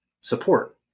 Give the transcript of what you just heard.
support